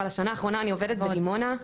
אבל בשנה האחרונה אני עובדת בדימונה.